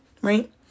right